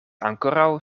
ankoraŭ